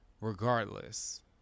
regardless